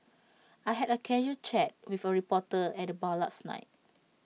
I had A casual chat with A reporter at the bar last night